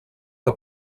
que